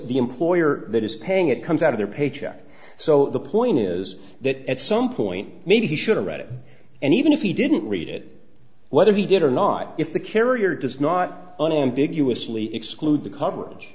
the employer that is paying it comes out of their paycheck so the point is that at some point maybe he should have read it and even if he didn't read it whether he did or not if the carrier does not unambiguous fully exclude the coverage